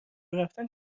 رفتن